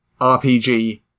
RPG